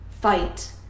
fight